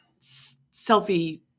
selfie